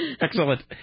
Excellent